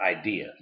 idea